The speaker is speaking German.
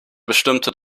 bestimmte